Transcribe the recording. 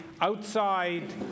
outside